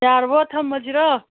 ꯌꯥꯔꯕꯣ ꯊꯝꯃꯁꯤꯔꯣ